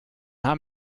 haben